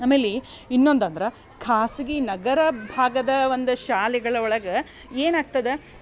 ಆಮೇಲೆ ಇನ್ನೊಂದು ಅಂದ್ರೆ ಖಾಸಗಿ ನಗರ ಭಾಗದ ಒಂದು ಶಾಲೆಗಳ ಒಳಗೆ ಏನಾಗ್ತದೆ